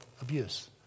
abuse